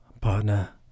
partner